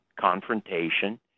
confrontation